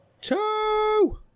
Two